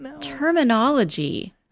terminology